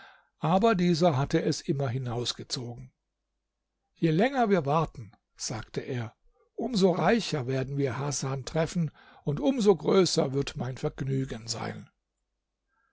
aber dieser hatte es immer hinausgezogen je länger wir warten sagte er um so reicher werden wir hasan treffen und um so größer wird mein vergnügen sein